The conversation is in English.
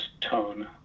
tone